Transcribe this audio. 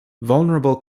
vulnerable